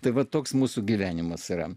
tai va toks mūsų gyvenimas yra